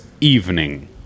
evening